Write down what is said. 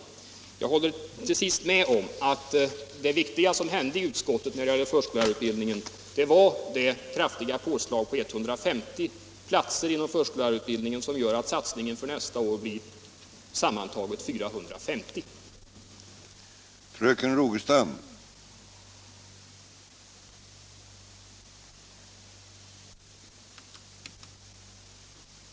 Slutligen håller jag med om att det viktiga som hände i utskottet vid behandlingen av förskollärarutbildningen var det kraftiga påslaget med 150 platser inom förskollärarutbildningen, vilket gör att satsningen för nästa år sammantagen blir 450 platser.